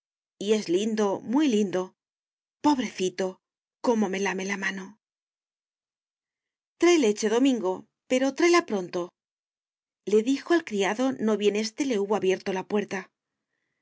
y es lindo muy lindo pobrecito cómo me lame la mano trae leche domingo pero tráela prontole dijo al criado no bien éste le hubo abierto la puerta